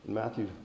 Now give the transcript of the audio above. Matthew